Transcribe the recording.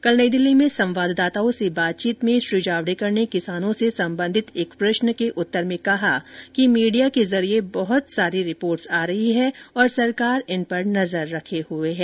कल नई दिल्ली में संवाददाताओं से बातचीत में श्री जावडेकर ने किसानों से संबंधित एक प्रश्न के उत्तर में कहा कि मीडिया के जरिये बहुत सारी रिपोर्ट आ रही हैं और सरकार इन पर नजर रखे हुए हैं